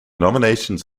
nominations